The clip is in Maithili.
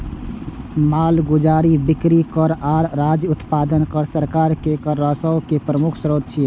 मालगुजारी, बिक्री कर आ राज्य उत्पादन कर सरकार के कर राजस्व के प्रमुख स्रोत छियै